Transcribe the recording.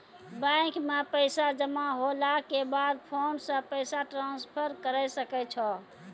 bank मे पैसा जमा होला के बाद फोन से पैसा ट्रांसफर करै सकै छौ